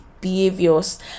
behaviors